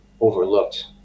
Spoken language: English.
overlooked